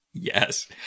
Yes